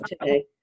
today